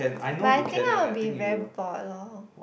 but I think I will be very bored lor